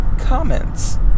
comments